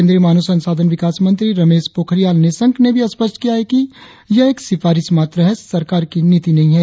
केंद्रीय मानव संसाधन विकास मंत्री रमेश पोखरियाल निशंक ने भी स्पष्ट किया है कि यह एक सिफारिश मात्र है सरकार की नीति नही है